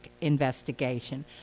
investigation